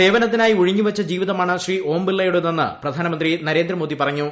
സേവനത്തിനായി ഉഴിഞ്ഞുവച്ച ജീവിതമാണ് ശ്രീ ഓം ബിർളയുടെതെന്ന് പ്രധാനമന്തി നരേന്ദ്രമോദി പറഞ്ഞു